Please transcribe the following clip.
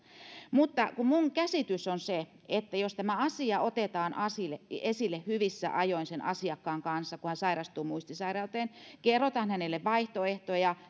mutta minun käsitykseni on tämä jos tämä asia otetaan esille hyvissä ajoin sen asiakkaan kanssa kun hän sairastuu muistisairauteen kerrotaan hänelle vaihtoehtoja